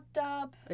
up